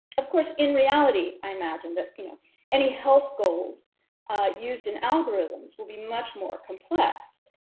of course in reality i imagine that you know any health goals used in algorithms will be much more complex,